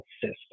system